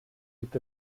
gibt